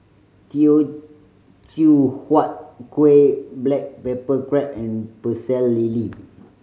Teochew Huat Kuih black pepper crab and Pecel Lele